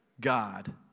God